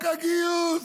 בחוק הגיוס.